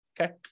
Okay